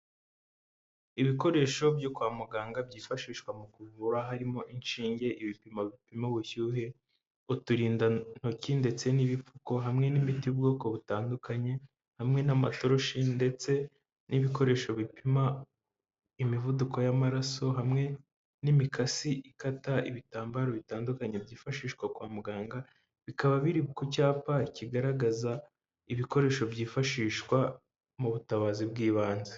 Ibikoresho byo kwa muganga byifashishwa mu kuvura harimo, inshinge, ibipimo bipima ubushyuhe, uturindantoki, ndetse n'ibipfuko, hamwe n'imiti y'ubwoko butandukanye, hamwe n'amatoroshi, ndetse n'ibikoresho bipima imivuduko y'amaraso, hamwe n'imikasi ikata ibitambaro bitandukanye byifashishwa kwa muganga, bikaba biri ku cyapa kigaragaza ibikoresho byifashishwa mu butabazi bw'ibanze.